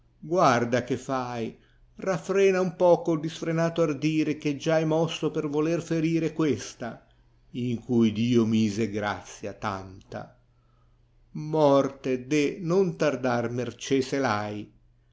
guarda che fai raffrena un poco il disfrenato ardire che già è mosso per voler ferire questa in cui dio mise grazia tanta morte deh non tardar mercè se v